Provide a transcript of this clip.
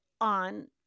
on